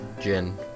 gin